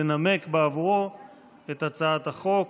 לנמק בעבורו את הצעת החוק.